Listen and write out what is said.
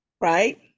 right